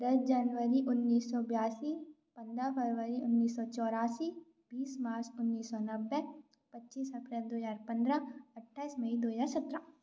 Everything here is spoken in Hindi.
दस जनवरी उन्नीस सौ बयासी पंद्रह फरवरी उन्नीस सौ चौरासी बीस मार्च उन्नीस सौ नब्बे पच्चीस अप्रैल दो हजार पंद्रह अट्ठाइस मई दो हजार सत्रह